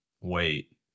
wait